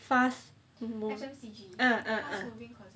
fast moves ah ah